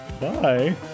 Bye